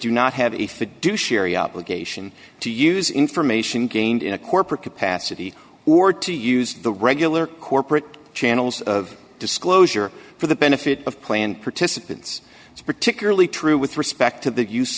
do not have a fiduciary obligation to use information gained in a corporate capacity or to use the regular corporate channels of disclosure for the benefit of planned participants it's particularly true with respect to the use